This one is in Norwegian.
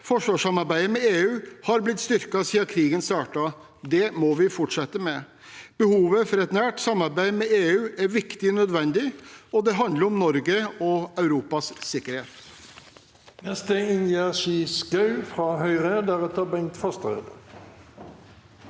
Forsvarssamarbeidet med EU har blitt styrket siden krigen startet, og det må vi fortsette med. Behovet for et nært samarbeid med EU er viktig og nødvendig. Det handler om Norges og Europas sikkerhet.